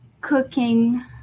cooking